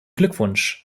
glückwunsch